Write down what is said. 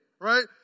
right